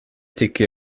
tycker